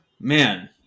man